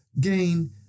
gain